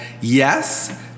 yes